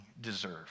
deserve